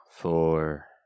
Four